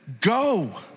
Go